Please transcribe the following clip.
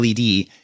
LED